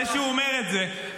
זה שהוא אומר את זה,